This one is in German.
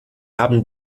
haben